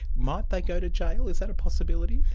might they go to jail? is that a possibility?